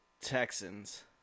Texans